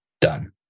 done